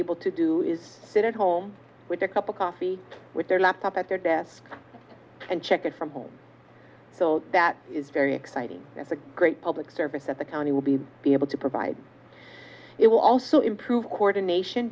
able to do is sit at home with a cup of coffee with their laptop at their desk and check in from home so that is very exciting as a great public service that the county will be be able to provide it will also improve coordination